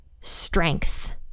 strength